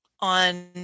on